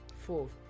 Fourth